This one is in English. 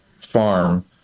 Farm